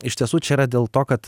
iš tiesų čia yra dėl to kad